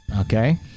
Okay